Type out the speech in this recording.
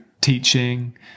teaching